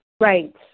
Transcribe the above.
Right